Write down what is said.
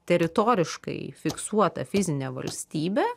teritoriškai fiksuota fizinė valstybė